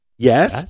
Yes